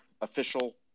official